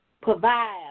provide